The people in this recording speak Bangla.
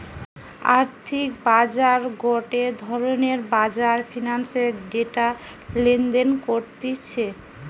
আর্থিক বাজার গটে ধরণের বাজার ফিন্যান্সের ডেটা লেনদেন করতিছে